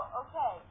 okay